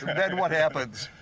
then what happens?